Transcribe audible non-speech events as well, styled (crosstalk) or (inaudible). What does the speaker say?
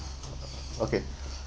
okay (breath)